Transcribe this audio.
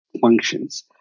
functions